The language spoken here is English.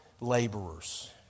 laborers